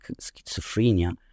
schizophrenia